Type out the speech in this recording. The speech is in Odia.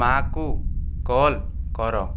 ମାଆକୁ କଲ୍ କର